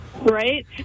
Right